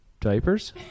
diapers